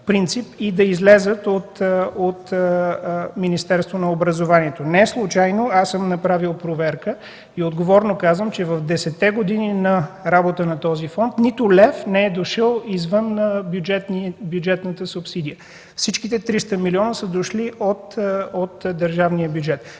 и да излязат от Министерството на образованието. Неслучайно съм направил проверка и отговорно казвам, че в десетте години на работа на този фонд нито лев не е дошъл извън бюджетната субсидия. Всичките 300 милиона са дошли от държавния бюджет.